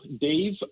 Dave